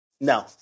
No